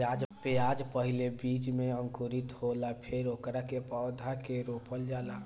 प्याज पहिले बीज से अंकुरित होला फेर ओकरा पौधा के रोपल जाला